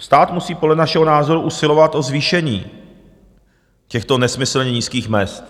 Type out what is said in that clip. Stát musí podle našeho názoru usilovat o zvýšení těchto nesmyslně nízkých mezd.